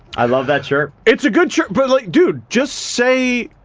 i love that chirp. it's a good chirp, but like, dude just say,